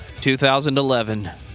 2011